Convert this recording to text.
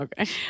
Okay